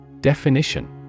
Definition